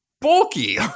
bulky